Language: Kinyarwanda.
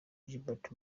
gilbert